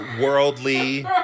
worldly